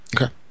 Okay